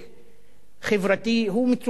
חברתי הם, מצוקת השיכון.